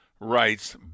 rights